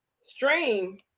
stream